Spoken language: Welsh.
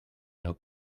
nhw